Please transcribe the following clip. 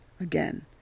again